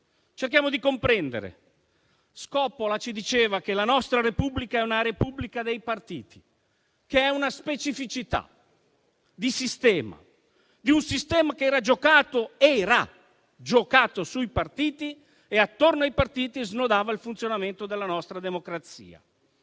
cerchiamo di comprendere. Scoppola ci diceva che la nostra è una Repubblica dei partiti, che è la specificità di un sistema che era giocato sui partiti e attorno ai partiti snodava il funzionamento della nostra democrazia.